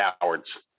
Cowards